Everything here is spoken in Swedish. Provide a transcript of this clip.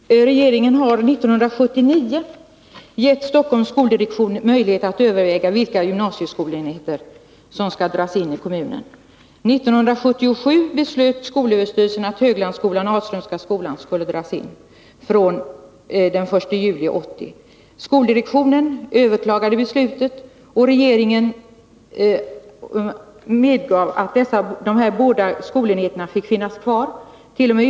Herr talman! Regeringen har år 1979 gett Stockholms skoldirektion möjlighet att överväga vilka gymnasieskolenheter i kommunen som skall dras in. År 1977 beslöt skolöverstyrelsen att Höglandsskolan och Ahlströmska skolan skulle dras in från den 1 juli 1980. Skoldirektionen överklagade beslutet, och regeringen medgav att dessa båda skolenheter skulle få finnas kvart.o.m.